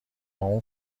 اون